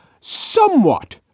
somewhat